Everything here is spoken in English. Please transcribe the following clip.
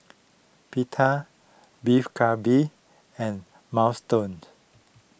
Pita Beef Galbi and Minestrone